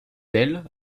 dell